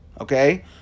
okay